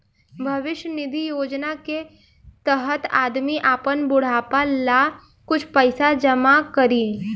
भविष्य निधि योजना के तहत आदमी आपन बुढ़ापा ला कुछ पइसा जमा करी